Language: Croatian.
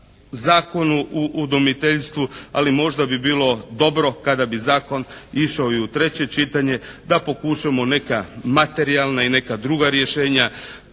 udomiteljstvu ali možda bi bilo dobro kada bi zakon išao i u treće čitanje da pokušamo neka materijalna i neka druga rješenja